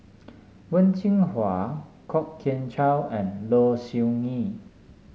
Wen Jinhua Kwok Kian Chow and Low Siew Nghee